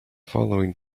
following